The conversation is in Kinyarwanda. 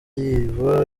yiba